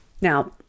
now